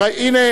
הוא נמצא פה,